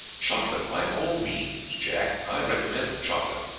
chocolate, by all means. jack, i recommend the chocolate.